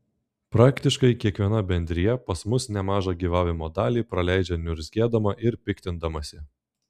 praktiškai kiekviena bendrija pas mus nemažą gyvavimo dalį praleidžia niurzgėdama ir piktindamasi